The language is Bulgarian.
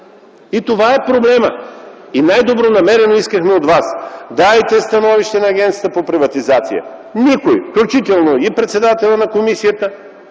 Това е проблемът. Най-добронамерено искахме от вас – дайте становище на Агенцията за приватизация! Никой, включително и председателят на комисията,